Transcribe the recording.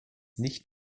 nicht